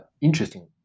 interesting